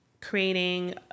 creating